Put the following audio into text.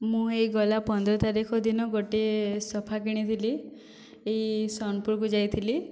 ମୁଁ ଏଇ ଗଲା ପନ୍ଦର ତାରିଖ ଦିନ ଗୋଟିଏ ସୋଫା କିଣିଥିଲି ଏଇ ସୋନପୁରକୁ ଯାଇଥିଲି